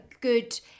good